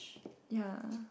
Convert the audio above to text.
ya